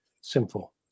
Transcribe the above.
simple